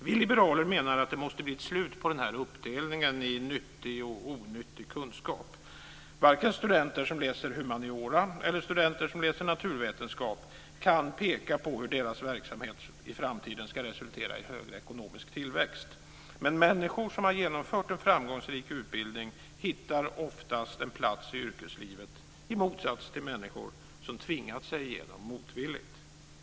Vi liberaler menar att det måste bli ett slut på den här uppdelningen i "nyttig" och "onyttig" kunskap. Varken studenter som läser humaniora eller studenter som läser naturvetenskap kan peka på hur deras verksamhet i framtiden ska resultera i högre ekonomisk tillväxt. Men människor som har genomfört en framgångsrik utbildning hittar oftast en plats i yrkeslivet i motsats till människor som tvingat sig igenom motvilligt.